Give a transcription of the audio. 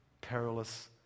perilous